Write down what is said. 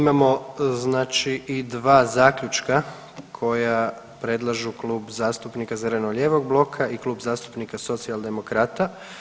Imamo znači i dva zaključka koja predlažu Klub zastupnika zeleno-lijevog bloka i Klub zastupnika Socijaldemokrata.